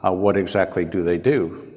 ah what exactly do they do?